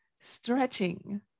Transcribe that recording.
stretching